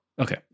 Okay